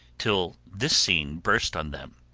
till this scene burst on them.